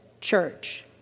church